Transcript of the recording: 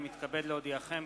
אני מתכבד להודיעכם,